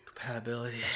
Compatibility